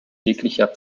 jeglicher